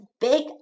big